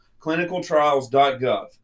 clinicaltrials.gov